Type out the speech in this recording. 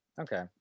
okay